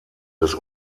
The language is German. des